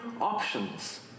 options